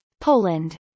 Poland